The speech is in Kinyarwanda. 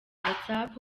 whatsapp